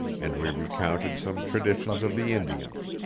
and we recounted some traditions of the indians,